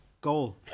Goal